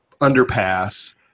underpass